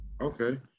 Okay